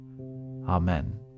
Amen